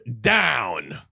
down